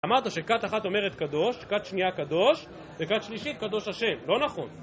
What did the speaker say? אמרת שכת אחת אומרת קדוש, כת שנייה קדוש, וכת שלישית קדוש השם. לא נכון.